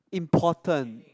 important